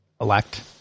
elect